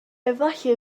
efallai